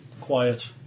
quiet